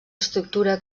estructura